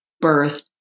birth